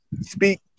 speak